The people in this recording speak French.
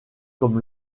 comme